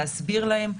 להסביר להם,